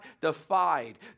defied